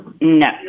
No